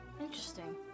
Interesting